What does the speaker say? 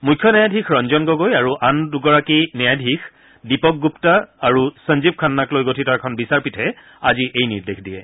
মুখ্য ন্যায়াধীশ ৰঞ্জন গগৈ আৰু আন দুগৰাকী ন্যায়াধীশ দীপক গুপ্ত সঞ্জীৱ খান্নাক লৈ গঠিত এখন বিচাৰপীঠে আজি এই নিৰ্দেশ দিয়ে